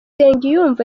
nsengiyumva